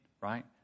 right